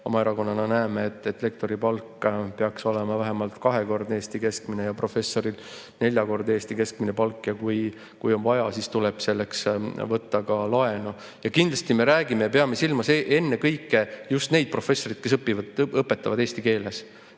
oma erakonnana näeme, et lektori palk peaks olema vähemalt kahekordne Eesti keskmine ja professoril neljakordne Eesti keskmine palk. Ja kui on vaja, siis tuleb selleks võtta laenu. Kindlasti me peame silmas ennekõike just neid professoreid, kes õpetavad eesti keeles.